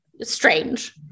strange